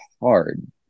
hard